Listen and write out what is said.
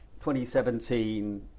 2017